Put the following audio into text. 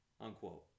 Unquote